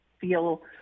feel